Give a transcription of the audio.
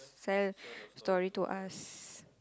sell story to us